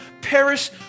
perish